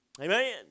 Amen